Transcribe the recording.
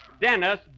Dennis